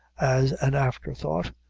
as an after thought,